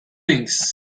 things